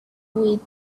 with